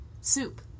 Soup